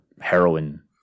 heroin